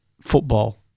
football